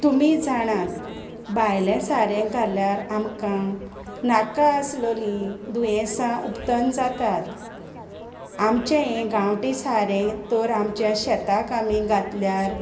तुमी जाणात भायलें सारें घाल्यार आमकां नाका आसलोलीं दुयेंसां उत्पन जातात आमचें हें गांवटी सारें तर आमच्या शेताक आमी घातल्यार